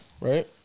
right